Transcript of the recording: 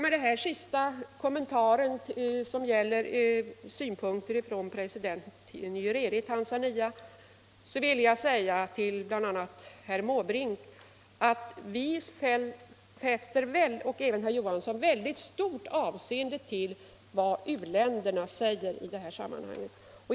Med den här sista kommentaren, i vilken jag har redogjort för synpunkter som framförts av president Nyerere i Tanzania, vill jag säga till bl.a. herr Måbrink att vi, och väl även herr Olof Johansson i Stockholm, fäster stort avseende vid vad u-länderna säger i detta sammanhang.